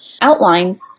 outline